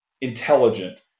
intelligent